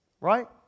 Right